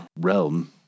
realm